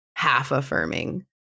half-affirming